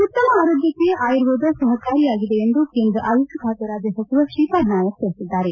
ಉತ್ತಮ ಆರೋಗ್ಯಕ್ಕೆ ಆಯುರ್ವೇದ ಸಹಕಾರಿಯಾಗಿದೆ ಎಂದು ಕೇಂದ್ರ ಆಯುಷ್ ಖಾತೆ ರಾಜ್ಯ ಸಚಿವ ಶ್ರೀಪಾದ್ ನಾಯಕ್ ತಿಳಿಸಿದ್ದಾರೆ